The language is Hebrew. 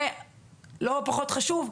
ולא פחות חשוב,